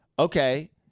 Okay